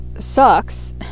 sucks